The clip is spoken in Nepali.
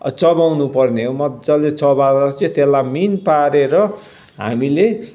चबाउनु पर्ने हो मजाले चबाएर चाहिँ त्यसलाई मिहिन पारेर हामीले